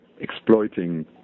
exploiting